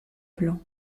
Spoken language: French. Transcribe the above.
blancs